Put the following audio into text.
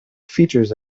features